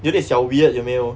有点小 weird 有没有